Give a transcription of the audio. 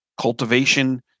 cultivation